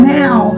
now